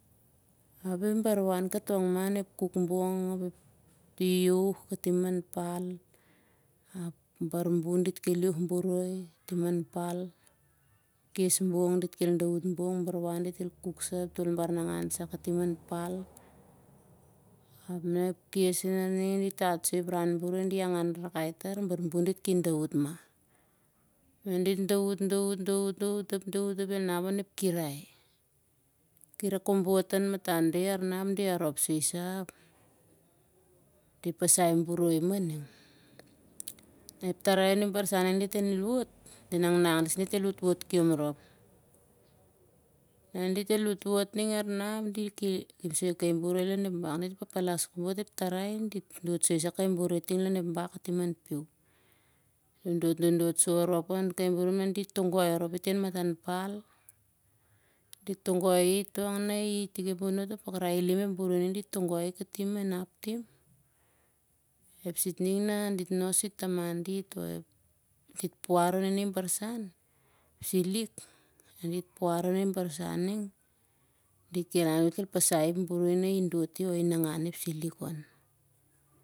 Api i bar wan katong mah on ep bon ep iaiauh katim han pal. Ap bar bun dit kel iauh boroi tim han pal kes bong daut bong. Bar wan dit el kuk ep baranangan sah katim an pal. Ap nah ep kes ning di tat soi ep ran boroi dit angan rarakai tar bar bun dit ki daut mah. Nah dit daut, daut, daut ap el nap on ep kirai. Kirai on ep barsan ning dit el wot, del nangnang sen dit el wotwok rop. Nah di ki wotwot lar nah ap di ki kep soi kai boroi lon ep bak. Palas kobot kai tarai dit dot soi kai boroi lon ep bak katim han piu. Dodot dodot sau rop on kai boroi ap nah dit togoi arap i ting han batan pal. Di togoi kai boroi ap nah i nap tim e sitning na dit nos sur e taman dit oh dit puar on i ning ep barsan ep silik. Na dit puar on ining ep barsan ning. Dit kel han dit el pasai ep boroi na i nangan ep silik on.